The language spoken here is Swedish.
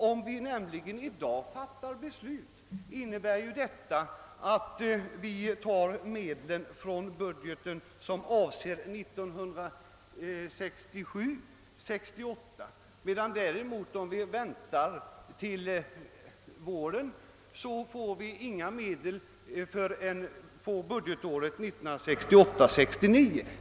Om vi nämligen i dag fattar beslut innebär detta att vi tar medlen från den budget som avser budgetåret 1967 69.